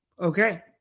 Okay